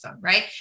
right